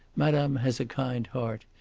madame has a kind heart.